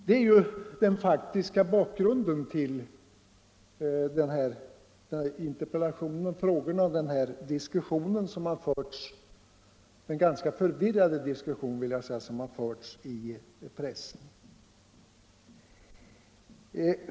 Det är den faktiska bakgrunden till interpellationen och frågorna och den ganska förvirrade diskussion som har förts i pressen.